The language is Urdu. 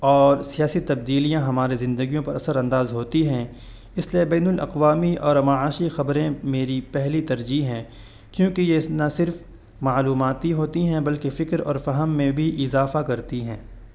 اور سیاسی تبدیلیاں ہمارے زندگیوں پر اثر انداز ہوتی ہیں اس لیے بین الاقوامی اور معاشی خبریں میری پہلی ترجیح ہیں کیونکہ یہ نہ صرف معلوماتی ہوتی ہیں بلکہ فکر اور فہم میں بھی اضافہ کرتی ہیں